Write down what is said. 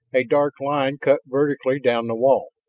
a dark line cut vertically down the wall.